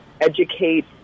educate